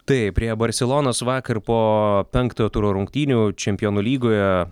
taip prie barselonos vakar po penktojo turo rungtynių čempionų lygoje